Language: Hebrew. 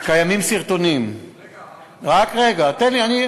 קיימים סרטונים, רגע.